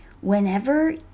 whenever